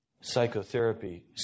psychotherapy